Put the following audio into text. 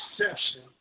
exception